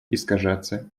искажаться